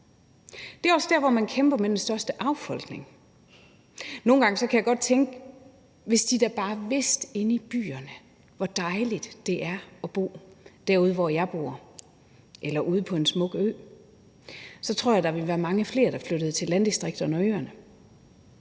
søen og bakkerne, kæmper man også med den største affolkning. Nogle gange kan jeg godt tænke: Hvis de da bare vidste inde i byerne, hvor dejligt det er at bo derude, hvor jeg bor, eller ude på en smuk ø, så tror jeg, at der ville være mange flere, der flyttede til landdistrikterne og øerne.